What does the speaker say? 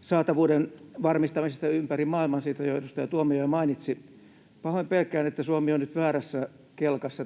saatavuuden varmistamisesta ympäri maailman. Siitä jo edustaja Tuomioja mainitsi. Pahoin pelkään, että Suomi on nyt väärässä kelkassa